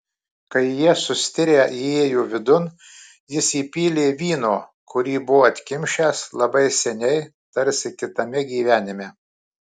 kai jie sustirę įėjo vidun jis įpylė vyno kurį buvo atkimšęs labai seniai tarsi kitame gyvenime